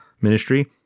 ministry